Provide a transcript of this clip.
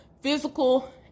physical